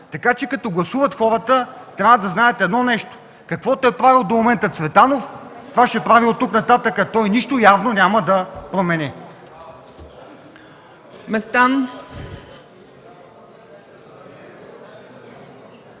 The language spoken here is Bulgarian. Така че, като гласуват хората, трябва да знаят едно нещо – каквото е правил до момента Цветанов, това ще прави и оттук нататък, а той явно нищо няма да промени.